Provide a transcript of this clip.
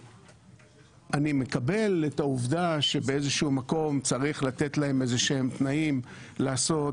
אני מקבל את העובדה שבאיזשהו מקום צריך לתת להם תנאים לעשות,